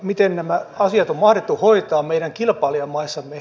miten nämä asiat on mahdettu hoitaa meidän kilpailijamaissamme